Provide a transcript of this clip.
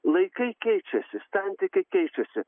laikai keičiasi santykiai keičiasi